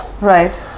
Right